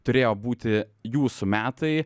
turėjo būti jūsų metai